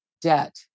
debt